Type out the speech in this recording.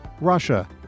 Russia